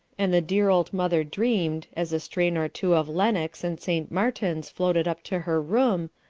and the dear old mother dreamed, as a strain or two of lenox and st. martin's floated up to her room,